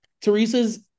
Teresa's